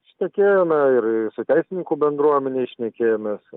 šnekėjome ir su teisininkų bendruomene šnekėjomės